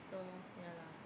so yeah lah yeah